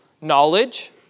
knowledge